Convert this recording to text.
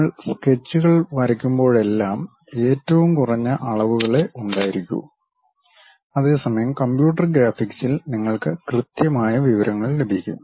നിങ്ങൾ സ്കെച്ചുകൾ വരയ്ക്കുമ്പോഴെല്ലാം ഏറ്റവും കുറഞ്ഞ അളവുകളെ ഉണ്ടായിരിക്കു അതേസമയം കമ്പ്യൂട്ടർ ഗ്രാഫിക്സിൽ നിങ്ങൾക്ക് കൃത്യമായ വിവരങ്ങൾ ലഭിക്കും